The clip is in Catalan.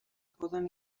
poden